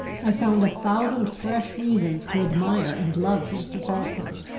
i found a thousand fresh reasons to admire and love mr. falkland.